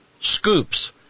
Scoops